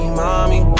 mommy